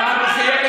הרב קוק,